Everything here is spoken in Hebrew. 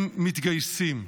הם מתגייסים,